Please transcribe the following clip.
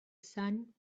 sun